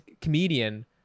comedian